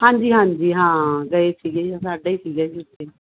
ਹਾਂਜੀ ਹਾਂਜੀ ਹਾਂ ਗਏ ਸੀਗੇ ਸਾਡਾ ਹੀ ਸੀਗਾ ਸੀ ਜੀ ਉਥੇ